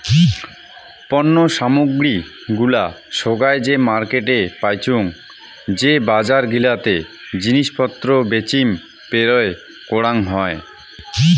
পণ্য সামগ্রী গুলা সোগায় যে মার্কেটে পাইচুঙ যে বজার গিলাতে জিনিস পত্র বেচিম পেরোয় করাং হই